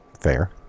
Fair